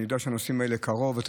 אני יודע שהנושאים האלה קרובים אליך.